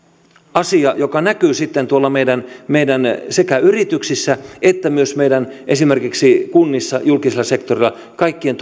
asia joka näkyy sitten sekä tuolla meidän meidän yrityksissä että myös esimerkiksi meidän kunnissa julkisella sektorilla kaikkien